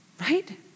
Right